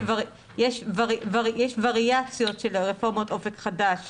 יש וריאציות של רפורמות אופק חדש